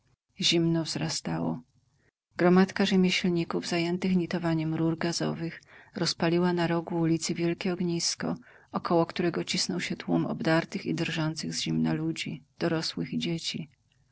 zimno wzrastało gromadka rzemieślników zajętych nitowaniem rur gazowych rozpaliła na rogu ulicy wielkie ognisko około którego cisnął się tłum obdartych i drżących z zimna ludzi dorosłych i dzieci